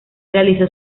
realizó